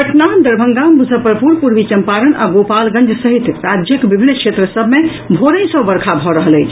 पटना दरभंगा मुजफ्फरपुर पूर्वी चंपारण आ गोपालगंज सहित राज्यक विभिन्न क्षेत्र सभ मे भोरहि सँ वर्षा भऽ रहल अछि